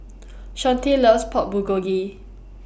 Shawnte loves Pork Bulgogi